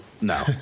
No